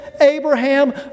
Abraham